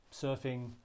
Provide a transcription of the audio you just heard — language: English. surfing